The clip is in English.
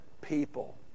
people